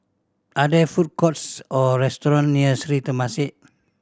are there food courts or restaurant near Sri Temasek